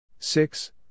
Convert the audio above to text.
Six